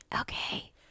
okay